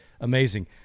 amazing